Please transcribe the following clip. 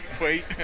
wait